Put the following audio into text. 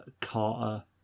Carter